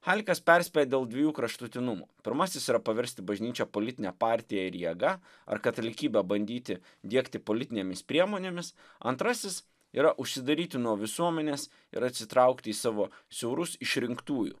halikas perspėja dėl dviejų kraštutinumų pirmasis yra paversti bažnyčią politine partija ir jėga ar katalikybę bandyti diegti politinėmis priemonėmis antrasis yra užsidaryti nuo visuomenės ir atsitraukti į savo siaurus išrinktųjų